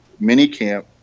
minicamp